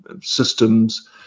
systems